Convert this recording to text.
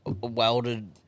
welded